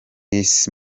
isi